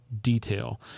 detail